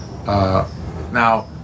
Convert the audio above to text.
Now